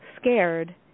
scared